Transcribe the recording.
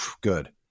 good